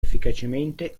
efficacemente